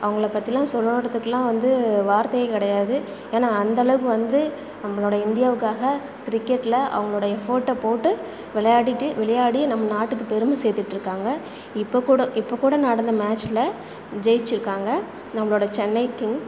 அவங்களை பற்றிலாம் சொல்றத்துக்குலாம் வந்து வார்த்தையே கிடையாது ஏன்னா அந்தளவுக்கு வந்து நம்மளுடைய இந்தியாவுக்காக கிரிக்கெட்ல அவங்களுடைய எஃபோர்ட்டை போட்டு விளையாடிகிட்டு விளையாடி நம்ம நாட்டுக்குப் பெருமை சேத்துட்டுருக்காங்க இப்போக்கூட இப்போக்கூட நடந்த மேட்ச்ல ஜெயிச்சிருக்காங்கள் நம்மளோடய சென்னை கிங்